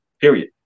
period